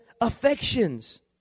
affections